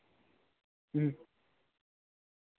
ᱦᱩᱸ